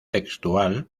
textual